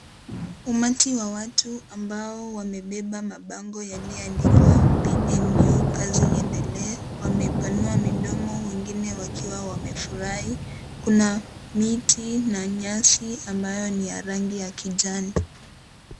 Umati wa watu ambao wamebeba mabango yaliyoandikwa 'PNU kazi iendelee'. Wamepanua midomo wengine wakiwa wamefurahi. Kuna miti na nyasi ambayo ni ya rangi ya kijani.